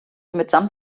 mitsamt